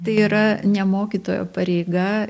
tai yra ne mokytojo pareiga